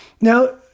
Now